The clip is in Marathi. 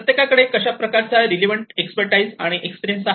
प्रत्येकाकडे कशा प्रकारचा रिलेवंट एक्सपर्टटाईज अँड एक्सपिरीयन्स आहे